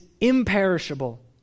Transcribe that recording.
imperishable